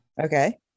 Okay